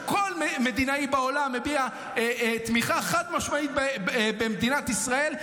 כל מדינאי בעולם הביע תמיכה חד-משמעית במדינת ישראל,